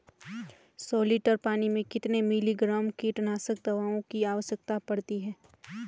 सौ लीटर पानी में कितने मिलीग्राम कीटनाशक दवाओं की आवश्यकता पड़ती है?